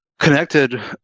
connected